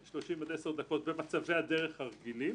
30 עד 10 דקות במצבי הדרך הרגילים,